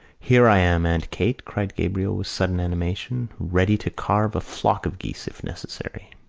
here i am, aunt kate! cried gabriel, with sudden animation, ready to carve a flock of geese, if necessary.